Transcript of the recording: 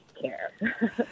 care